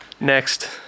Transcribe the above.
Next